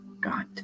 God